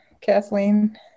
Kathleen